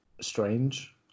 strange